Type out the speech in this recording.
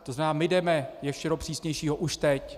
To znamená, my jdeme ještě do přísnějšího už teď.